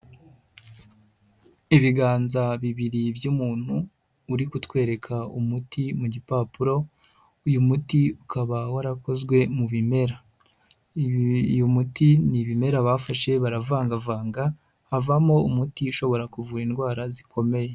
Ibiganza bibiri by'umuntu uri kutwereka umuti mu gipapuro uyu muti ukaba warakozwe mu bimera, uyu muti ni ibimera bafashe baravangavanga havamo umuti ushobora kuvura indwara zikomeye.